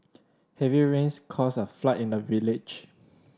heavy rains caused a flood in the village